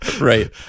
Right